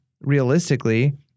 realistically